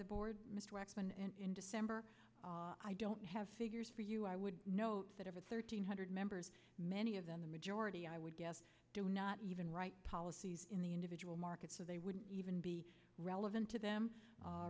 the board in december i don't have figures for you i would know thirteen hundred members many of them a majority i would guess do not even write policies in the individual market so they wouldn't even be relevant to them